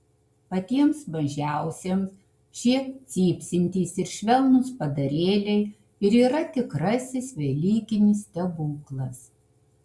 patiems mažiausiems šie cypsintys ir švelnūs padarėliai ir yra tikrasis velykinis stebuklas